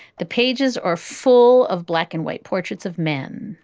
the pages are full of black and white portraits of men.